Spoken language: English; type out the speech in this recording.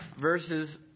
verses